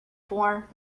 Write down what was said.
for